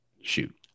shoot